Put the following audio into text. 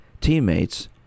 teammates